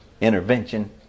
intervention